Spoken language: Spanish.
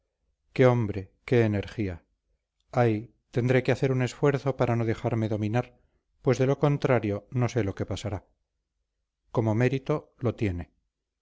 qué hombre qué energía ay tendré que hacer un esfuerzo para no dejarme dominar pues de lo contrario no sé lo que pasará como mérito lo tiene